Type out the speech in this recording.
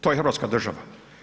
To je hrvatska država.